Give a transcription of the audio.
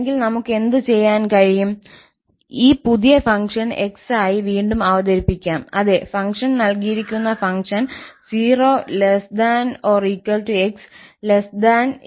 അല്ലെങ്കിൽ നമുക്ക് എന്ത് ചെയ്യാൻ കഴിയും ഈ പുതിയ ഫംഗ്ഷൻ 𝑥 ആയി വീണ്ടും അവതരിപ്പിക്കാം അതേ ഫംഗ്ഷൻ നൽകിയിരിക്കുന്ന ഫംഗ്ഷൻ 0 ≤ 𝑥 𝐿